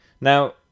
Now